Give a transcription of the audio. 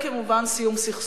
וכמובן סיום הסכסוך,